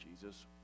Jesus